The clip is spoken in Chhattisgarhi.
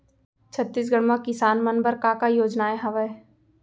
छत्तीसगढ़ म किसान मन बर का का योजनाएं हवय?